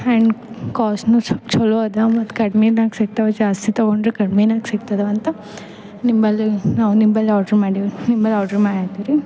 ಹ್ಯಂಡ್ ಕಾಸ್ಟ್ನು ಸ್ವಲ್ಪ ಛಲೋ ಅದ ಮತ್ತು ಕಡ್ಮೆನಾಗ ಸಿಗ್ತಾವ ಜಾಸ್ತಿ ತಗೊಂಡರೆ ಕಡ್ಮಿನಾಗ ಸಿಗ್ತದವಂತ ನಿಂಬಲ್ಲಿ ನಾವು ನಿಂಬಲ್ಲಿ ಆರ್ಡರ್ ಮಾಡೀವಿ ನಿಮ್ಮಲ್ಲಿ ಆರ್ಡರ್ ಮಾಡಾತ್ತೀವ್ರಿ